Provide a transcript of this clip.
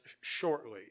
shortly